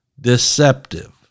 deceptive